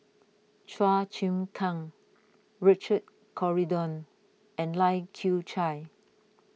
Chua Chim Kang Richard Corridon and Lai Kew Chai